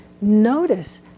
notice